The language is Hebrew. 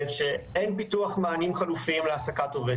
שאין פיתוח מענים חלופיים להעסקת עובד